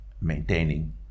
maintaining